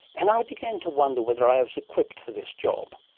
and i began to wonder whether i was equipped for this job.